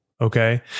Okay